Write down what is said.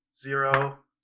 zero